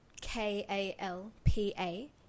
k-a-l-p-a